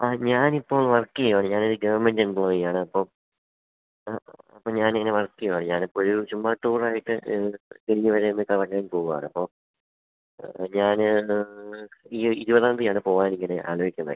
ആ ഞാനിപ്പം വർക്ക് ചെയ്യുകയാണ് ഞാനൊരു ഗവൺമെൻ്റ് എംപ്ലോയിയാണ് അപ്പോള് ആ അപ്പം ഞാനിങ്ങനെ വർക്ക് ചെയ്യുകയാണ് ഞാന് ഒരു ചുമ്മാ ടൂറായിട്ട് ദില്ലി വരെ ഒന്ന് കറങ്ങാൻ പോവുകയാണപ്പോള് ഞാന് ഈ ഇരുപതാം തീയതിയാണ് പോകാനിങ്ങനെ ആലോചിക്കുന്നത്